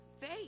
faith